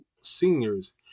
seniors